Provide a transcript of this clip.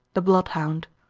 the bloodhound.